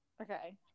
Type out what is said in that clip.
okay